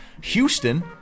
Houston